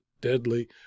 deadly